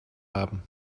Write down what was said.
haben